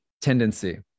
tendency